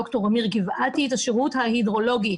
ד"ר אמיר גבעתי את השירות ההידרולוגי.